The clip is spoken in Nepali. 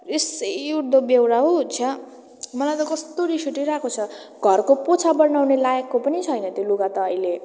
रिस उठ्दो बेहोरा हो छ्या मलाई त कस्तो रिस उठिरहेको छ घरको पोचा बनाउने लायकको पनि छैन त्यो लुगा त अहिले